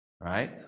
Right